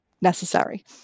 necessary